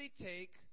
take